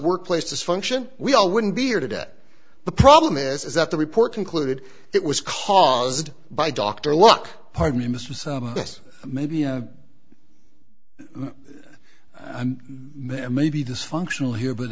workplace dysfunction we all wouldn't be here today the problem is that the report concluded it was caused by doctor look pardon me mr so this may be a maybe dysfunctional here but